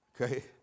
Okay